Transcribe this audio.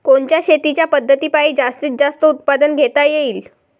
कोनच्या शेतीच्या पद्धतीपायी जास्तीत जास्त उत्पादन घेता येईल?